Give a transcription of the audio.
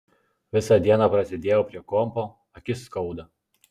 visą dieną prasėdėjau prie kompo akis skauda